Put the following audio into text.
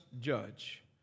judge